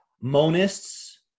monists